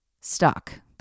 stuck